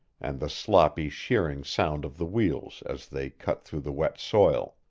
and the sloppy, shearing sound of the wheels as they cut through the wet soil.